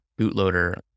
bootloader